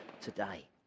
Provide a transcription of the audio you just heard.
today